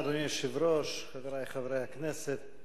אדוני היושב-ראש, חברי חברי הכנסת,